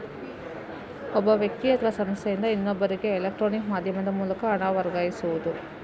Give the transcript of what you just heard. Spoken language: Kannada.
ಒಬ್ಬ ವ್ಯಕ್ತಿ ಅಥವಾ ಸಂಸ್ಥೆಯಿಂದ ಇನ್ನೊಬ್ಬರಿಗೆ ಎಲೆಕ್ಟ್ರಾನಿಕ್ ಮಾಧ್ಯಮದ ಮೂಲಕ ಹಣ ವರ್ಗಾಯಿಸುದು